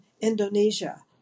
Indonesia